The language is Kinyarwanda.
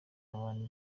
abantu